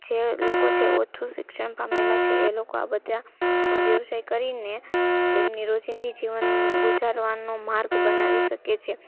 જે લોકો છે ઓછું શિક્ષણ પામેલા છે એ લોકો આ બધા વ્યવસાય કરીને તેમની રોજિંદી જીવન ગુજારવાનો માર્ગ બનાવી શકે છે